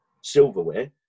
silverware